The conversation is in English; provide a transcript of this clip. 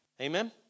Amen